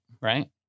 right